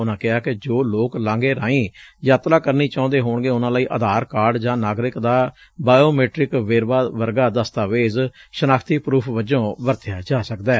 ਉਨਾਂ ਕਿਹਾ ਕਿ ਜੋ ਲੋਕ ਲਾਂਘੇ ਰਾਹੀ ਯਾਤਰਾ ਕਰਨੀ ਚਾਹੁੰਦੇ ਹੋਣਗੇ ਉਨਾਂ ਲਈ ਆਧਾਰ ਕਾਰਡ ਜਾਂ ਨਾਗਰਿਕ ਦਾ ਬਾਇਓਮੈਟ੍ਰਿਕ ਵੇਰਵਾ ਵਰਗਾ ਦਸਤਾਵੇਜ਼ ਸ਼ਨਾਖਤੀ ਪਰੁਫ਼ ਵਜੋਂ ਵਰਤਿਆ ਜਾ ਸਕਦੈ